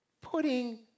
putting